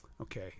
Okay